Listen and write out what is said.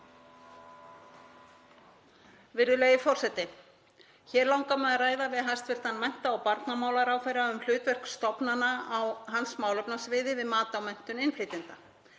Virðulegi forseti Hér langar mig að ræða við hæstv. mennta- og barnamálaráðherra um hlutverk stofnana á hans málefnasviði við mat á menntun innflytjenda.